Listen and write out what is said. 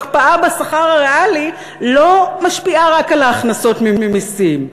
הקפאה בשכר הריאלי לא משפיעה רק על ההכנסות ממסים,